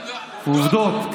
עובדות?